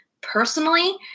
personally